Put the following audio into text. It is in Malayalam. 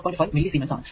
5 മില്ലി സീമെൻസ് ആണ്